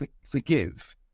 forgive